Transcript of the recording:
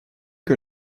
que